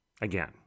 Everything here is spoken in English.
Again